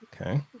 okay